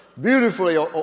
Beautifully